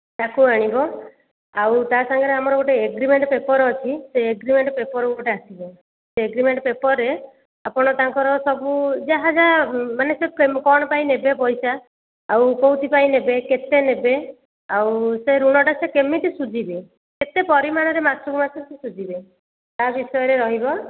ତାକୁ ଆଣିବ ଆଉ ତା ସାଙ୍ଗରେ ଆମର ଗୋଟେ ଏଗ୍ରିମେଣ୍ଟ୍ ପେପର୍ ଅଛି ସେ ଏଗ୍ରିମେଣ୍ଟ୍ ପେପର୍ ଗୋଟେ ଆସିବ ସେ ଏଗ୍ରିମେଣ୍ଟ୍ ପେପର୍ରେ ଆପଣ ତାଙ୍କର ସବୁ ଯାହା ଯାହା ମାନେ ସେ କ'ଣ ପାଇଁ ନେବେ ପଇସା ଆଉ କେଉଁଥିପାଇଁ ନେବେ କେତେ ନେବେ ଆଉ ସେ ଋଣଟା ସେ କେମିତି ଶୁଝିବେ କେତେ ପରିମାଣରେ ମାସକୁ ମାସ ସେ ଶୁଝିବେ ତା ବିଷୟରେ ରହିବ